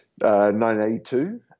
1982